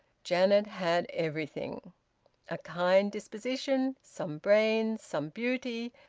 janet had everything a kind disposition, some brains, some beauty,